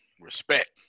Respect